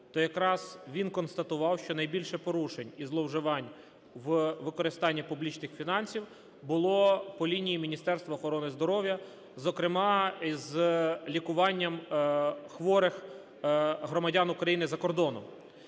то якраз він констатував, що найбільше порушень і зловживань у використанні публічних фінансів було по лінії Міністерства охорони здоров'я, зокрема з лікуванням хворих громадян України за кордоном.